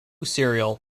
serial